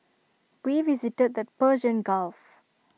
we visited the Persian gulf